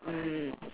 mm